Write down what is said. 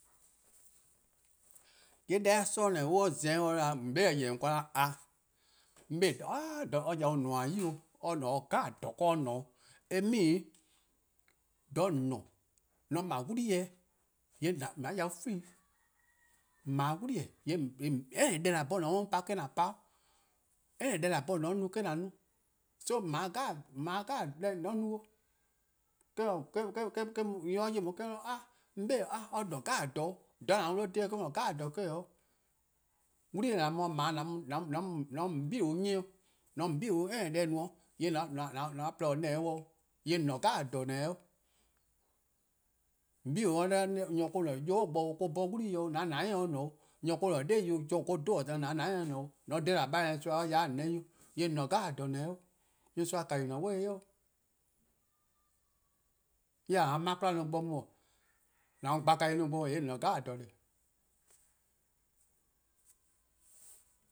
:Yee' deh-a 'sororn' :ne :mor on :za-eh, :on 'be or :yeh-dih ken or 'da 'a, 'on 'be :daa 'a-a' or yau nmor-' 'yi 'o, or :dhe :dha 'jeh dih 'o. Eh meaning, :dha 'on :dhe-a dih :mor :on 'ble 'wli-eh, :yee' an yau free dih, :on 'ble 'wli-eh:. :yee' any-deh :an 'bhorn :on 'ye-a pa eh-::an pa-', any deh :an 'bhorn :on 'ye no :eh-: :an no, so :on 'ble deh jeh on 'ye no 'o. eh-: no :mor nyor 'ye on 'de or no 'ah,'on 'be :daa or :ne-a dha 'jeh 'o. Dha :an mu-a dih :dhe-' 'de :wor 'dhu :dha 'jeh-' 'o. 'wli-eh :an mu 'ble-' :an mu-a :on 'bei' 'nyi-', :yee' :mor :on mo deh no 'do :on 'bei bo :yee' an :porluh :se 'de-dih neneh 'i. :mor :on 'bei' 'da nyor or-: :ne tobo' bo :or 'bhorn 'wlii 'o, an :dou'+ se 'de :ne 'o, nyor or-: ne 'no na-' or 'dhu :or za 'o, an :dou'+ se 'de :ne 'o, :mor :on :dhe-dih :an bale nyorsoa or ya 'de an 'neh 'weh, :yee' :on :ne dha 'jeh :neh 'o. Nyorsoa kani: an way neh 'o. Eh :se an mu makpla 'i bo mu, :an mu gbali 'i bo mu :yee' on :ne :dha :deh.